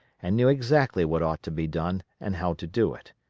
and knew exactly what ought to be done and how to do it.